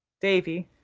davy,